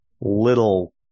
little